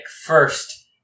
first